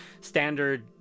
standard